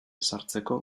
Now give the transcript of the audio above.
ezartzeko